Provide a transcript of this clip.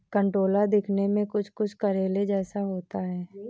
कंटोला दिखने में कुछ कुछ करेले जैसा होता है